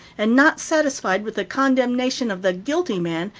and not satisfied with the condemnation of the guilty man,